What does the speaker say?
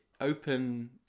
open